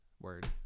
Word